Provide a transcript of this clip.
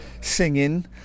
singing